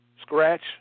scratch